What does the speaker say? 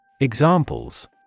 Examples